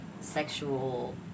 sexual